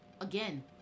again